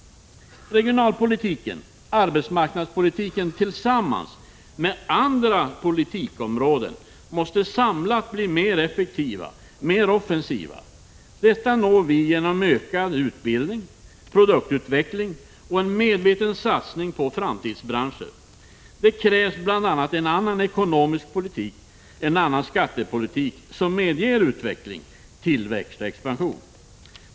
Regionalpolitiken och arbetsmarknadspolitiken tillsammans med andra politikområden måste samlade bli mer effektiva och mer offensiva. Detta når vi genom ökad utbildning, produktutveckling och en medveten satsning på framtidsbranscher. Det krävs bl.a. en annan ekonomisk politik, en annan skattepolitik som medger utveckling, tillväxt och expansion.